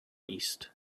east